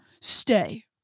stay